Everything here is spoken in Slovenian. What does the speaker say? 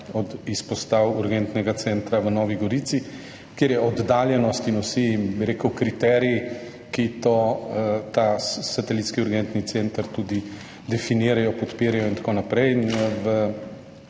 od izpostav urgentnega centra v Novi Gorici, ker oddaljenost in vsi ti kriteriji, ki ta satelitski urgentni center tudi definirajo, podpirajo in tako naprej.